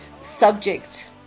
subject